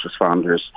responders